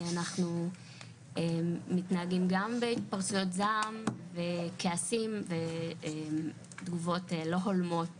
אנחנו מתנהגים גם בהתפרצויות זעם וכעסים ותגובות לא הולמות